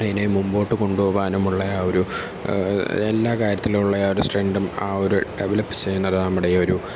അതിനെ മുമ്പോട്ട് കൊണ്ടുപോകാനുമുള്ള ആ ഒരു എല്ലാ കാര്യത്തിലുമുള്ള ആ ഒരു സ്ട്രെങ്തും ആ ഒരു ഡെവലപ്പ് ചെയ്യുന്ന നമ്മുടെ ഈ ഒരു